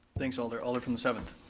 thanks alder. alder from the seventh.